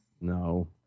No